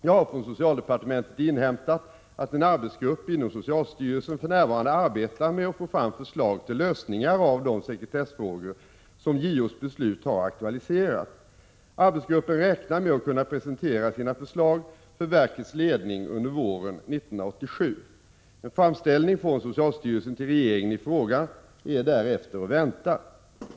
Jag har från socialdepartementet inhämtat att en arbetsgrupp inom socialstyrelsen för närvarande arbetar med att få fram förslag till lösningar av de sekretessfrågor som JO:s beslut har aktualiserat. Arbetsgruppen räknar med att kunna presentera sina förslag för verkets ledning under våren 1987. En framställning från socialstyrelsen till regeringen i frågan är därefter att vänta.